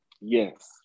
Yes